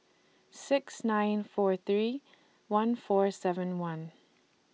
six nine four three one four seven one